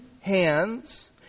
hands